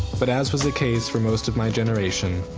but as was the case for most of my generation,